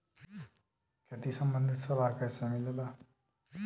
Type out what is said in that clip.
खेती संबंधित सलाह कैसे मिलेला?